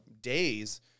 days